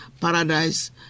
Paradise